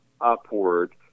upward